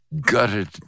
gutted